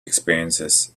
experiences